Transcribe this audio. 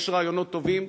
יש רעיונות טובים,